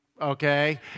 okay